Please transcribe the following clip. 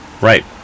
Right